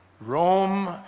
Rome